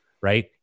right